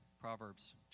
Proverbs